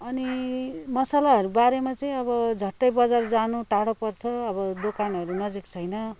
अनि मसलाहरू बारेमा चाहिँ अब झट्टै बजार जानु टाढो पर्छ अब दोकानहरू नजिक छैन